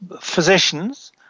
physicians